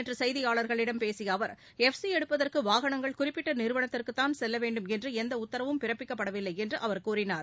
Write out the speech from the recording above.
நேற்றுசெய்தியாளர்களிடம் பேசியஅவர் கரூரில் எப் சிஎடுப்பதற்குவாகனங்கள் குறிப்பிட்டநிறுவனத்திற்குதான் செல்லவேண்டும் என்றுஎந்தஉத்தரவும் பிறப்பிக்கப்படவில்லைஎன்றுஅவர் கூறினார்